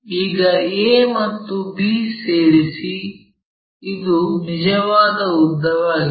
ಈಗ a ಮತ್ತು b ಸೇರಿಸಿ ಇದು ನಿಜವಾದ ಉದ್ದವಾಗಿದೆ